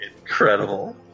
incredible